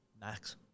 Max